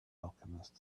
alchemist